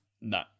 No